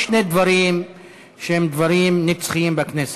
יש שני דברים שהם דברים נצחיים בכנסת: